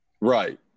Right